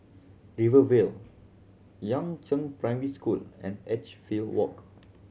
Rivervale Yangzheng Primary School and Edgefield Walk